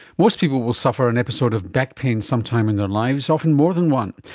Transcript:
most people will suffer an episode of back pain some time in their lives, often more than one.